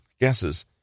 guesses